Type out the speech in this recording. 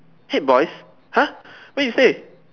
haig boys' !huh! where you stay